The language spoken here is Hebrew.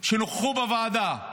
שנכחו בוועדה,